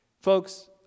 Folks